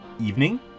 evening